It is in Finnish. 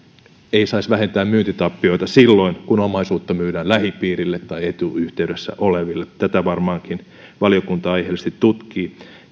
ei saisi vähentää myyntitappioita silloin kun omaisuutta myydään lähipiirille tai etuyhteydessä oleville tätä varmaankin valiokunta aiheellisesti tutkii